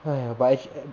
!haiya! but actually a~